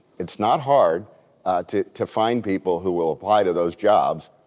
it's not hard to to find people who will apply to those jobs,